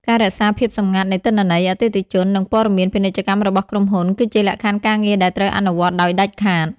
ការរក្សាភាពសម្ងាត់នៃទិន្នន័យអតិថិជន និងព័ត៌មានពាណិជ្ជកម្មរបស់ក្រុមហ៊ុន គឺជាលក្ខខណ្ឌការងារដែលត្រូវអនុវត្តដោយដាច់ខាត។